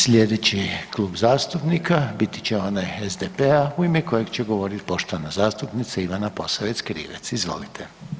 Slijedeći Klub zastupnika biti će onaj SDP-a u ime kojeg će govorit poštovana zastupnica Ivana Posavec Krivec, izvolite.